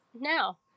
now